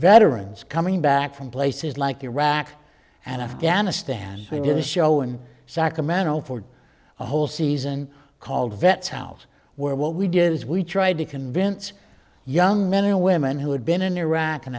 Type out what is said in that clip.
veterans coming back from places like iraq and afghanistan we did a show in sacramento for a whole season called vets house where what we did is we tried to convince young men and women who had been in iraq and